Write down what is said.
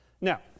Now